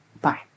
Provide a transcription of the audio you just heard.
Bye